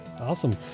Awesome